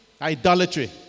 idolatry